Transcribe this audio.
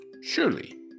Surely